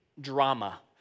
drama